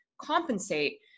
compensate